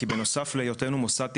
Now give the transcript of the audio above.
כי בנוסף להיותנו מוסד תכנוני,